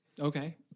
Okay